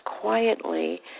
quietly